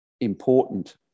important